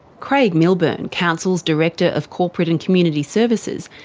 craig millburn, council's director of corporate and community services,